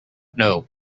know